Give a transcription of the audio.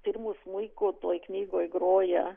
pirmu smuiku toj knygoj groja